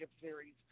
Series